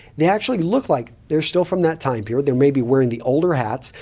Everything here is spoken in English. they actually look like they're still from that time period. they're maybe wearing the older hats.